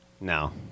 No